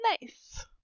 nice